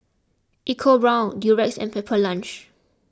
EcoBrown's Durex and Pepper Lunch